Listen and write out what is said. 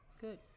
Good